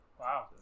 wow